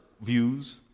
views